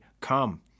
come